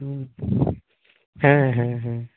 ᱦᱮᱸ ᱦᱮᱸ ᱦᱮᱸ